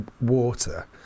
water